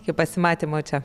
iki pasimatymo čia